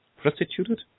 prostituted